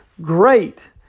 great